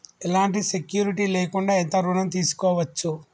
ఎలాంటి సెక్యూరిటీ లేకుండా ఎంత ఋణం తీసుకోవచ్చు?